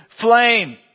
flame